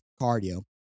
cardio